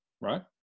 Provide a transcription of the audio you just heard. right